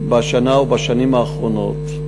בשנה או בשנים האחרונות,